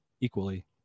equally